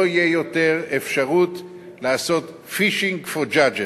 לא תהיה יותר אפשרות לעשות fishing for judges.